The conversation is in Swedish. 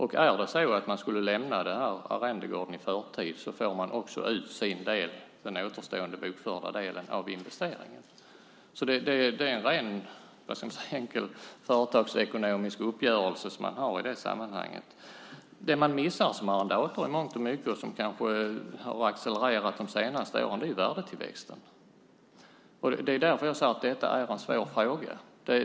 Lämnar man arrendegården i förtid får man ut sin del, den återstående bokförda delen, av investeringen. Det är en ren företagsekonomisk uppgörelse som man har i det sammanhanget. Det man i mångt och mycket missar som arrendator, och som kanske har accelererat de senaste åren, är värdetillväxten. Det var därför som jag sade att detta är en svår fråga.